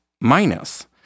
minus